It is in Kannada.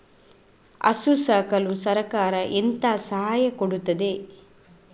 ಹಸು ಸಾಕಲು ಸರಕಾರ ಎಂತ ಸಹಾಯ ಕೊಡುತ್ತದೆ?